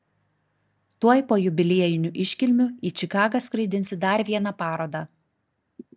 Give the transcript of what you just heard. tuoj po jubiliejinių iškilmių į čikagą skraidinsi dar vieną parodą